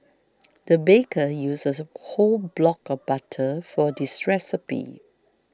the baker used a whole block of butter for this recipe